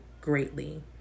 greatly